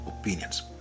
opinions